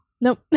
nope